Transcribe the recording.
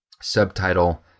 subtitle